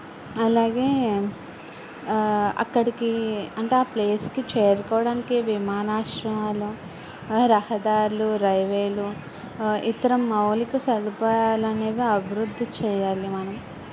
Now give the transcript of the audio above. అలాగే అక్కడికి అంటే ఆ ప్లేస్కి చేరుకోవడానికే విమానాశ్రయాలు రహదారులు రైల్వేలు ఇతర మౌలిక సదుపాయాలు అనేవి అభివృద్ధి చేయాలి మనం